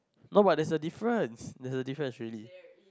no but there's a difference there's a difference really